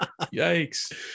Yikes